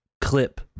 clip